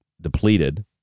depleted